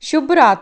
ਸ਼ੁਭ ਰਾਤ